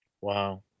Wow